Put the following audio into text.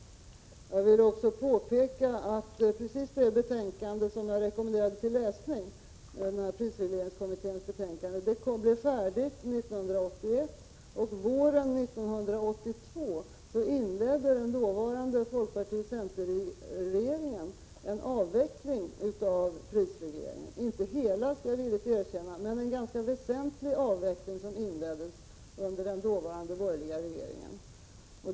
Jag vill också påpeka att precis det betänkande som jag rekommenderade till läsning — prisregleringskommitténs betänkande — blev färdigt 1981. Våren 1982 inledde den dåvarande folkpartioch centerregeringen en avveckling av prisregleringen, inte hela, det skall jag villigt erkänna, men en ganska väsentlig del av prisregleringen.